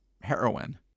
heroin